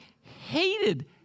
hated